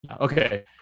Okay